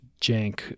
jank